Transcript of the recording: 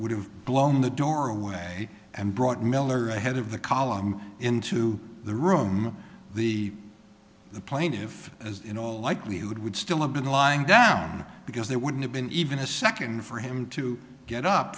would have blown the door away and brought miller ahead of the column into the room the the plaintiff as in all likelihood would still have been lying down because there wouldn't have been even a second for him to get up